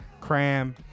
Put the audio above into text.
Cram